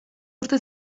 urte